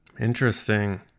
Interesting